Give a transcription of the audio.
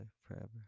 forever